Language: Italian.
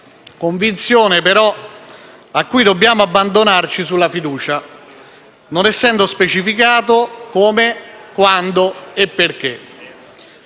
convinzione però a cui dobbiamo abbandonarci sulla fiducia, non essendo specificato come, quando e perché.